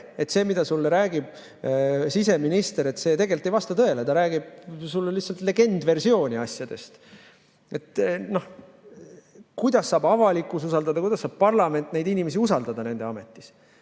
et see, mida sulle räägib siseminister, lihtsalt ei vasta tõele, ta räägib sulle lihtsalt legendversiooni asjadest, siis kuidas saab avalikkus, kuidas saab parlament neid inimesi usaldada nende ametis?